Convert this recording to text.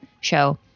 show